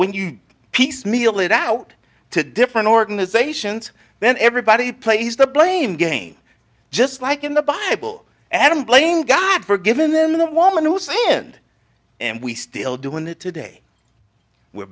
when you piecemeal it out to different organizations then everybody plays the blame game just like in the bible adam blame god for given the woman who was saying and and we still doing that today we're